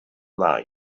night